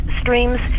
streams